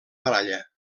baralla